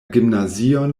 gimnazion